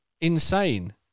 insane